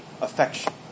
affection